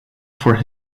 for